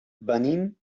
venim